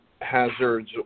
hazards